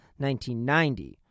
1990